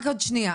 רק עוד שנייה.